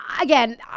Again